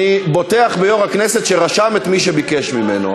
אני בוטח ביושב-ראש הכנסת שרשם את מי שביקש ממנו,